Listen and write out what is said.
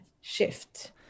shift